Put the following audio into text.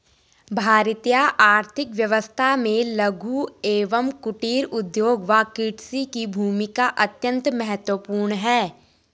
भारतीय आर्थिक व्यवस्था में लघु एवं कुटीर उद्योग व कृषि की भूमिका अत्यंत महत्वपूर्ण है